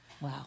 Wow